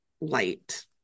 light